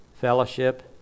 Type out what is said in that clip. fellowship